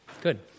good